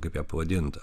kaip ją pavadint